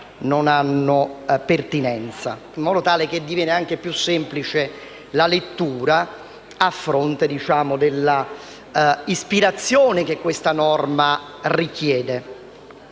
non hanno pertinenza, in modo tale che diventi più semplice la lettura, a fronte dell'ispirazione che questa norma richiama.